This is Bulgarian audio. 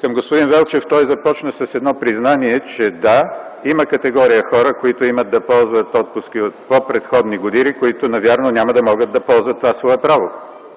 Към господин Велчев. Той започна с едно признание, че, да, има категория хора, които имат да ползват отпуски от пò предходни години, които навярно няма да могат да ползват това свое право.